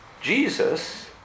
Jesus